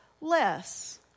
less